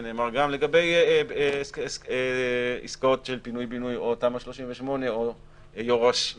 שנאמר גם לגבי עסקאות של פינוי-בינוי או תמ"א 38 או יורשותיה,